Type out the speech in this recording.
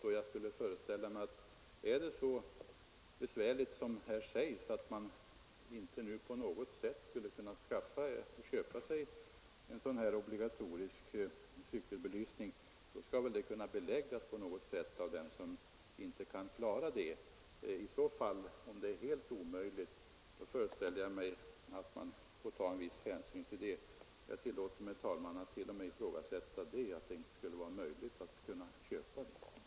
Om det är så besvärligt som här sägs, att en del människor inte på något sätt kan skaffa sig en obligatorisk cykelbelysning, så skall de väl kunna belägga det på något sätt. I så fall föreställer jag mig att man får ta en viss hänsyn till detta. Jag tillåter mig, herr talman, att t.o.m. ifrågasätta att det inte skulle vara möjligt att köpa cykelbelysning.